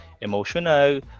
emotional